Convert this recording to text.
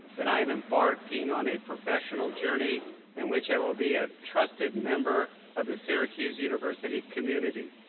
that i am embarking on a professional journey in which i will be a trusted member of the syracuse university community.